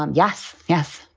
um yes. yes,